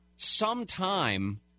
Sometime